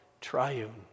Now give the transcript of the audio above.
triune